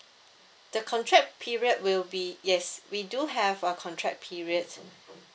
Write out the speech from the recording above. the contract period will be yes we do have a contract period